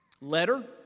letter